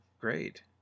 great